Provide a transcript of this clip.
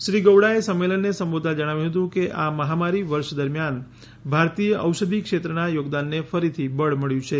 શ્રી ગૌડા એ સંમેલનને સંબોધતા જણાવ્યું હતું કે આ મહામારી વર્ષ દરમિયાન ભારતીય ઔષધી ક્ષેત્રના યોગદાનને ફરીથી બળ મબ્યું છે